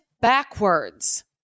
backwards